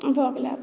भऽ गेलै आब